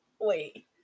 Wait